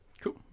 Cool